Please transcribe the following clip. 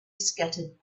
scattered